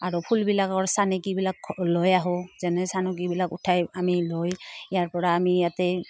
আৰু ফুলবিলাকৰ চানেকীবিলাক লৈ আহোঁ যেনে চানকীবিলাক উঠাই আমি লৈ ইয়াৰপৰা আমি ইয়াতেই